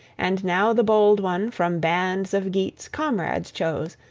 and now the bold one from bands of geats comrades chose,